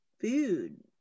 food